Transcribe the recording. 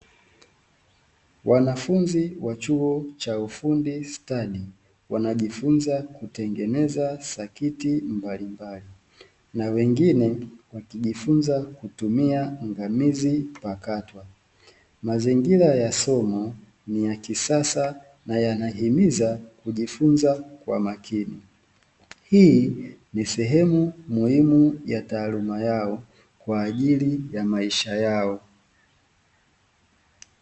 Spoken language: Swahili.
Wanafunzi wa chuo cha ufundi stadi wanajifunza kutengeneza sakiti mbalimbali wengine wakijifunza kutumia ngamizi pakatwa, Mazingira ya somo ni ya kisasa na yanahimiza kujifunza kwa makini hii sehemu muhimu ya taaluma yao kwaajili ya maisha yao.